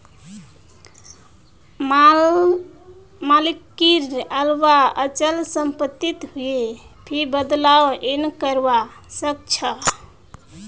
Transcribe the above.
मालिकेर अलावा अचल सम्पत्तित कोई भी बदलाव नइ करवा सख छ